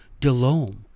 DeLome